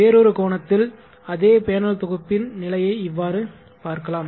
வேறொரு கோணத்தில் அதே பேனல் தொகுப்பின் நிலையை இவ்வாறு பார்க்கலாம்